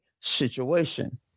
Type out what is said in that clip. situation